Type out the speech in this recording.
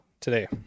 today